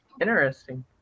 interesting